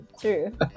true